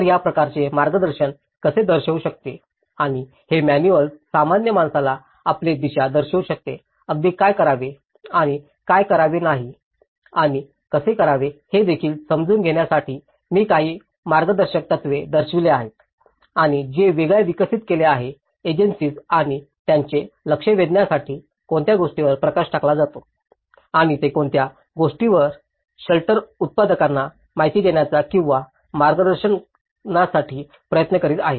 तर या प्रकारचे मार्गदर्शन कसे दर्शवू शकते आणि हे मॅनुअल्स सामान्य माणसाला आपले दिशा दर्शवू शकते अगदी काय करावे आणि काय करावे नाही आणि कसे करावे हे देखील समजून घेण्यासाठी मी काही मार्गदर्शक तत्त्वे दर्शवित आहे आणि जे वेगळ्याने विकसित केले आहे एजन्सीज आणि त्यांचे लक्ष वेधण्यासाठी कोणत्या गोष्टींवर प्रकाश टाकला जातो आणि ते कोणत्या गोष्टी शेल्टर उत्पादकांना माहिती देण्याचा किंवा मार्गदर्शनासाठी प्रयत्न करीत आहेत